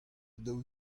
daou